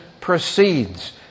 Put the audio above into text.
proceeds